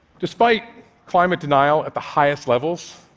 despite climate denial at the highest levels,